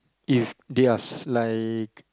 if they are like